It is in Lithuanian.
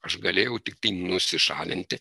aš galėjau tiktai nusišalinti